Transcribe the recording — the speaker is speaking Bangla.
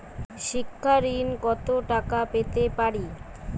শিক্ষা ঋণ কত টাকা পেতে পারি?